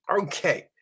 Okay